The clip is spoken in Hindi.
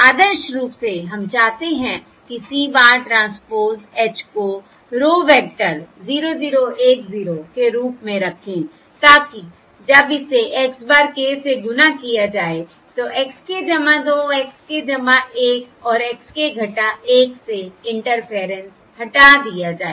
आदर्श रूप से हम चाहते हैं कि C bar ट्रांसपोज़ H को रो वेक्टर 0 0 1 0 के रूप में रखें ताकि जब इसे x bar k से गुणा किया जाए तो x k 2 x k 1 और x k 1 से इंटरफेयरेंस हटा दिया जाए